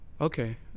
Okay